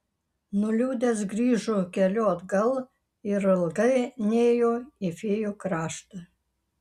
nuliūdęs grįžo keliu atgal ir ilgai nėjo į fėjų kraštą